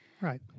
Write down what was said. Right